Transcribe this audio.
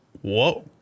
whoa